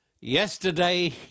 Yesterday